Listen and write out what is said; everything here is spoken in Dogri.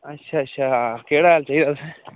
अच्छा अच्छा केह्ड़ा चाहिदा तुसें